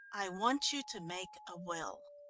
i want you to make a will.